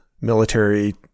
military